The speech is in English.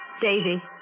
Daisy